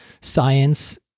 science